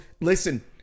listen